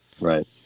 right